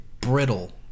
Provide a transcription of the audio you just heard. brittle